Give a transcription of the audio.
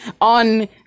on